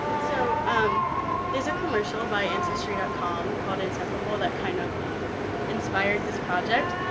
so there's a commercial by ancestry dot com called inseparable that kind of inspired this project.